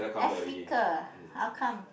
Africa how come